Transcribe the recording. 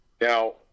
Now